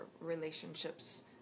relationships